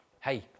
hey